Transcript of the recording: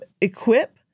equip